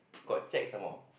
got cheque some more